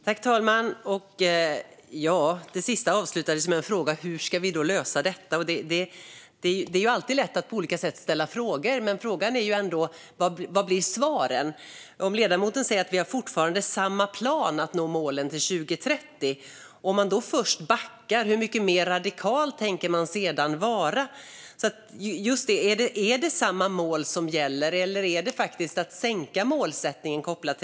Fru talman! Ledamoten avslutade med en fråga: Hur ska vi då lösa detta? Det är alltid lätt att ställa frågor. Men vad blir svaren? Ledamoten säger att de fortfarande har samma plan att nå målen till 2030. Men om de först backar, hur mycket mer radikala tänker de sedan vara? Är det samma mål som gäller, eller innebär detta faktiskt att sänka målsättningen?